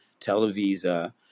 Televisa